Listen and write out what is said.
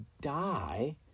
die